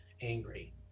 angry